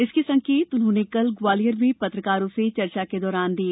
इसके संकेत उन्होंने कल ग्वालियर में पत्रकारों से चर्चा के दौरान दी